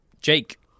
jake